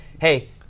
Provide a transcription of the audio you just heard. hey